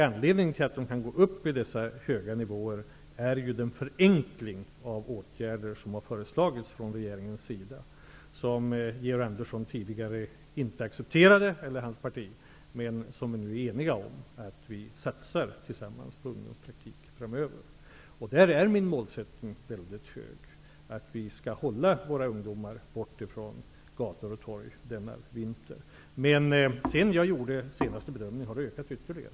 Anledningen till att man kan nå denna höga nivå är den förenkling av åtgärder som har föreslagits av regeringen. Georg Andersson och hans parti accepterade tidigare inte denna förenkling. Nu är vi eniga om att tillsammans satsa på ungdomspraktik framöver. Jag har satt målet högt, att vi skall hålla våra ungdomar borta från gator och torg denna vinter. Sedan jag gjorde min bedömning har emellertid arbetslösheten ökat ytterligare.